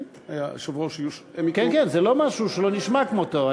כן, זה לא משהו שלא נשמע כמותו.